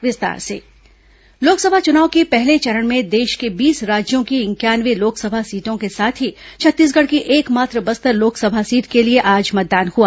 बस्तर मतदान लोकसभा चुनाव के पहले चरण में देश के बीस राज्यों की इंक्यानवे लोकसभा सीटों के साथ ही छत्तीसगढ़ की एकमात्र बस्तर लोकसभा सीट के लिए आज मतदान हुआ